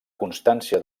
constància